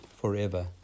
forever